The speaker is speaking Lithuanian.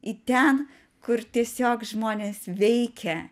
į ten kur tiesiog žmonės veikia